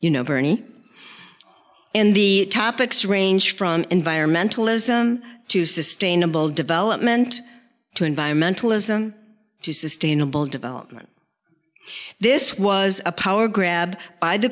you know bernie in the topics range from environmentalism to sustainable development to environmentalism to sustainable development this was a power grab by the